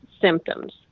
symptoms